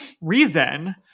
reason